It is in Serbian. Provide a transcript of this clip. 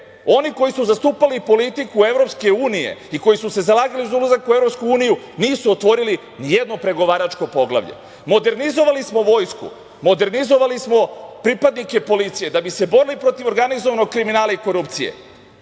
Oni koji su zastupali i politiku EU i koji su se zalagali za ulazak u EU nisu otvorili nijedno pregovaračko poglavlje. Modernizovali smo vojsku, modernizovali smo pripadnike policije da bi se borili protiv organizovanog kriminala i korupcije. Njihove